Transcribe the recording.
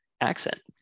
accent